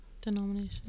denomination